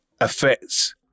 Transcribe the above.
affects